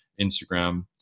Instagram